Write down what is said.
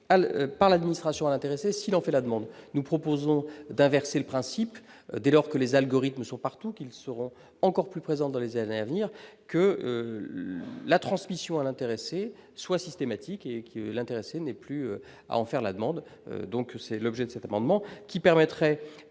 l'par l'administration à l'intéressé, s'il en fait la demande, nous proposons d'inverser le principe dès lors que les algorithmes sont partout qu'ils seront encore plus présents dans les années à venir, que la transmission à l'intéressé soit systématique et que l'intéressé n'est plus à en faire la demande, donc c'est l'objet de cet amendement, qui permettrait